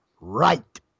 right